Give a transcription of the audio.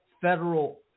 federal